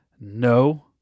no